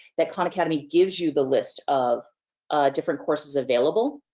that khan academy gives you the list of different courses available.